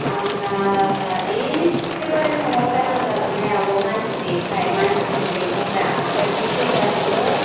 आंहा एकेबारे न'आव जारला जादों हाय आब' मानसि गैयैखाय मानसिसो लिंहरदों आं ओमफ्राय बे फैब्लासो